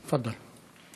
תפדל.